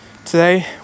today